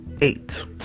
eight